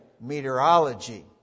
meteorology